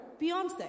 Beyonce